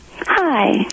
Hi